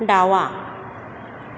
डावा